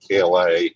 KLA